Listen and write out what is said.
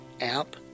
app